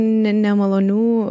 ne nemalonių